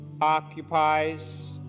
occupies